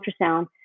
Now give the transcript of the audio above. ultrasound